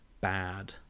bad